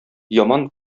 яман